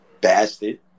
Bastard